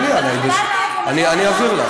אני אעביר לך.